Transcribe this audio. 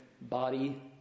body